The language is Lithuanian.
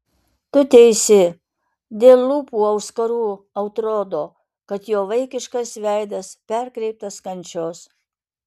tu teisi dėl lūpų auskarų atrodo kad jo vaikiškas veidas perkreiptas kančios